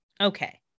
Okay